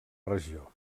regió